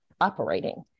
operating